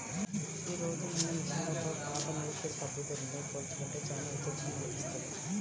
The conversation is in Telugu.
యీ రోజునున్న మిషన్లతో పాత నూర్పిడి పద్ధతుల్ని పోల్చుకుంటే చానా విచిత్రం అనిపిస్తది